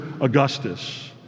Augustus